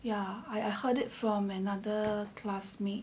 ya I I heard it from another classmate